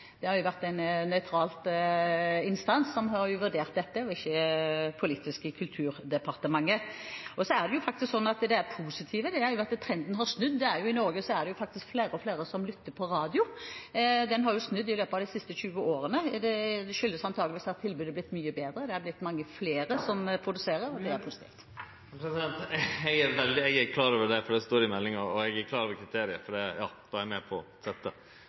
Det har jo vært en nøytral instans som har vurdert dette, og ikke det politiske Kulturdepartementet. Og så har jo det positive vært at trenden har snudd – i Norge er det faktisk flere og flere som lytter på radio. Trenden har snudd i løpet av de siste 20 årene. Det skyldes antageligvis at tilbudet er blitt mye bedre, det er blitt mange flere som produserer … Eg er klar over det, for det står i meldinga, og eg er klar over kriteriet, for det var eg med på å setje. Men det var ikkje det eg spurde om. Det eg problematiserte, som ein kan seie at det òg opphavleg var grunn til å problematisere, var at det kravet vi sette,